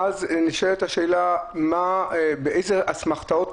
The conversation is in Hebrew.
ואז נשאלת השאלה איזה אסמכתאות,